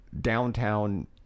downtown